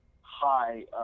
high